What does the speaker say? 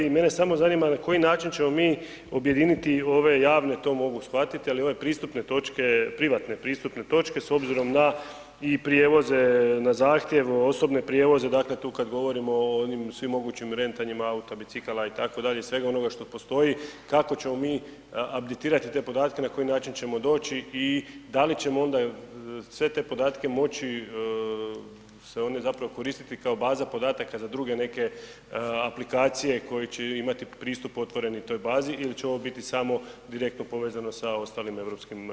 Mene samo zanima na koji način ćemo mi objediniti ove javne, to mogu shvatiti, ali ove pristupne točke, privatne pristupne točke, s obzirom na i prijevoze na zahtjev, osobne prijevoze, dakle, tu kad govorimo o onim svi mogućim rentanjem auta, bicikala, itd., svega onoga što postoji, kako ćemo mi abditirati te podatke, na koji način ćemo doći i da li ćemo onda sve te podatke moći se oni zapravo koristiti kao baza podataka za druge neke aplikacije koje će imati pristup otvoreni toj bazi ili će ovo biti samo direktno povezano sa ostalim europskim nacionalnim pristupnim točkama.